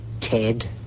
Ted